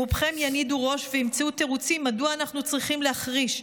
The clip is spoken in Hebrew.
רובכם ינידו ראש וימצאו תירוצים מדוע אנחנו צריכים להחריש,